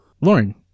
lauren